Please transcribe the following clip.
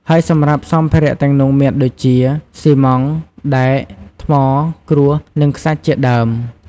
ហើយសម្រាប់សម្ភារៈទាំងនោះមានដូចជា ស៊ីម៉ង់ត៍ ដែក ថ្ម គ្រួស និងខ្សាច់ជាដើម។